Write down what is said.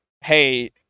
Hey